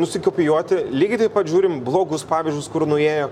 nusikopijuoti lygiai taip pat žiūrim blogus pavyzdžius kur nuėjo